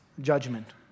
judgment